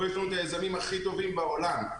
פה יש לנו את היזמים הכי טובים בעולם,